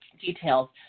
details